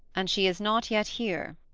and she is not yet here.